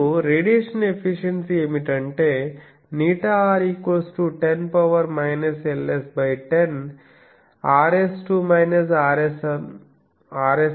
ఇప్పుడు radiation efficiency ఏమిటంటే ηr 10 Ls10 Rs2 Rs1Rs2 నుండి సులభంగా పొందవచ్చు